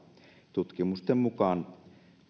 tutkimusten mukaan